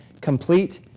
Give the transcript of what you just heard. complete